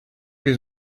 his